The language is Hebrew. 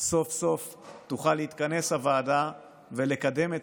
תוכל סוף-סוף להתכנס הוועדה ולקדם את